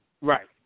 Right